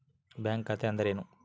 Bank ಖಾತೆ ಅಂದರೆ ಏನು?